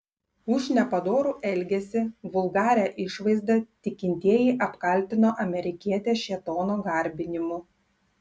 už nepadorų elgesį vulgarią išvaizdą tikintieji apkaltino amerikietę šėtono garbinimu